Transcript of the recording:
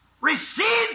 receive